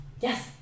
Yes